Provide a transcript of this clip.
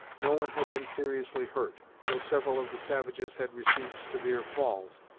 no one had been seriously hurt, though several of the savages had received severe falls,